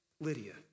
Lydia